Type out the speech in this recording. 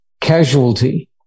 casualty